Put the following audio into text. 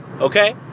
Okay